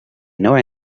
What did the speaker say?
نوع